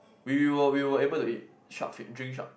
we were we were able to eat sharkfin drink shark